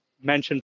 mentioned